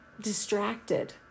distracted